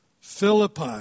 Philippi